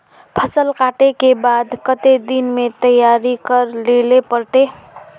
फसल कांटे के बाद कते दिन में तैयारी कर लेले पड़ते?